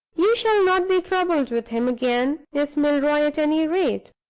you shall not be troubled with him again, miss milroy, at any rate.